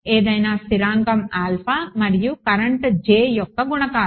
ఏదైనా స్థిరాంకం మరియు కరెంట్ J యొక్క గుణకారం